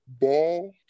ball